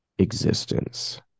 existence